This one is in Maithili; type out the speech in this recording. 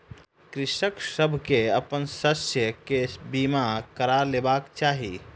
कृषक सभ के अपन शस्य के बीमा करा लेबाक चाही